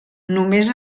només